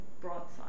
broadside